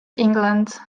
england